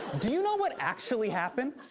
do you know what actually happened?